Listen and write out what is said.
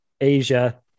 asia